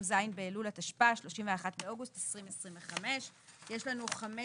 ז' באלול התשפ"ה (31 באוגוסט 2025)". יש לנו חמש